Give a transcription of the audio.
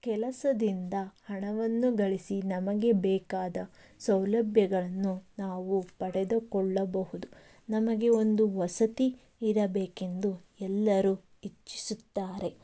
ಕೆಲಸದಿಂದ ಹಣವನ್ನು ಗಳಿಸಿ ನಮಗೆ ಬೇಕಾದ ಸೌಲಭ್ಯಗಳನ್ನು ನಾವು ಪಡೆದುಕೊಳ್ಳಬಹುದು ನಮಗೆ ಒಂದು ವಸತಿ ಇರಬೇಕೆಂದು ಎಲ್ಲರೂ ಇಚ್ಛಿಸುತ್ತಾರೆ